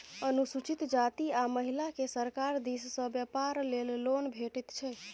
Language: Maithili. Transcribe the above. अनुसूचित जाती आ महिलाकेँ सरकार दिस सँ बेपार लेल लोन भेटैत छै